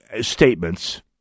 statements